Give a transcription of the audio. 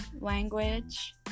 language